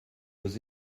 aux